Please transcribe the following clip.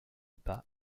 pas